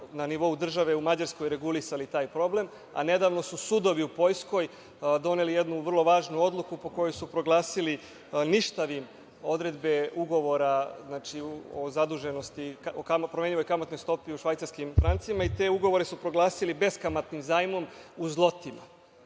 na nivou države u Mađarskoj regulisali taj problem, a nedavno su sudovi u Poljskoj doneli jednu vrlo važnu odluku po kojoj su proglasili ništavim odredbe ugovora o zaduženosti, o promenljivoj kamatnoj stopi u švajcarskim francima i te ugovore su proglasili beskamatnim zajmom u zlotima. Znači,